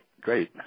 great